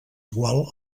igual